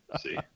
See